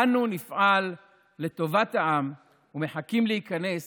אנו נפעל לטובת העם, ומחכים להיכנס